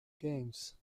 games